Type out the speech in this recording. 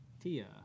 Tia